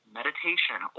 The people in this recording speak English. meditation